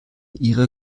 ihre